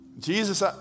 Jesus